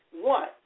One